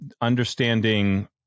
understanding